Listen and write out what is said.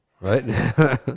right